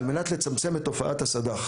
על מנת לצמצם את תופעת הסד"ח.